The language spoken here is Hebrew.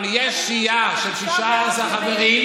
אבל יש סיעה של 16 חברים,